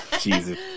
Jesus